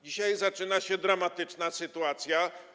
Dzisiaj zaczyna się dramatyczna sytuacja.